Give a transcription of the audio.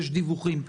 שיש דיווחים.